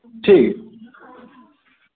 ठीक ऐ